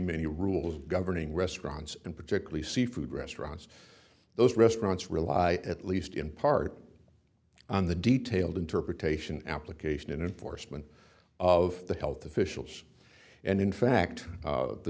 many rules governing restaurants and particularly seafood restaurants those restaurants rely at least in part on the detailed interpretation application and enforcement of the health officials and in fact